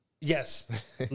Yes